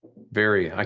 very,